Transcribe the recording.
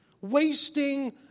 wasting